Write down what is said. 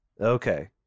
Okay